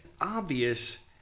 obvious